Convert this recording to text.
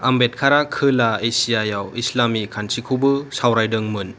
अम्बेडकरआ खोला एसियायाव इस्लामि खान्थिखौबो सावरायदों मोन